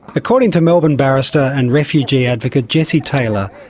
according to melbourne barrister and refugee advocate jessie taylor,